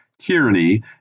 Tyranny